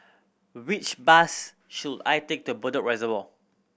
which bus should I take to Bedok Reservoir